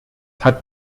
hat